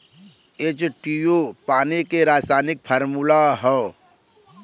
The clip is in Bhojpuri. एचटूओ पानी के रासायनिक फार्मूला हौ